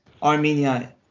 Armenia